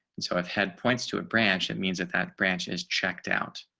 and so i've had points to a branch, it means that that branch is checked out.